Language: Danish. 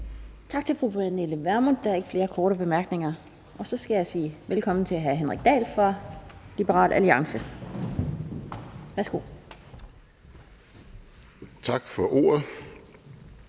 Tak til fru Pernille Vermund. Der er ikke flere korte bemærkninger. Og så skal jeg sige velkommen til hr. Henrik Dahl fra Liberal Alliance. Værsgo. Kl.